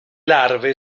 larve